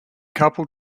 couple